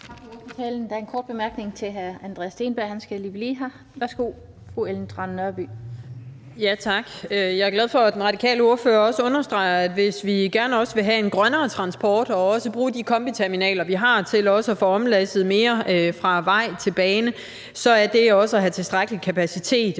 Jeg er glad for, at den radikale ordfører også understreger, at hvis vi gerne vil have en grønnere transport og også bruge de kombiterminaler, vi har, til at få omlastet mere fra vej til bane, så er det at have tilstrækkelig kapacitet